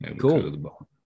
Cool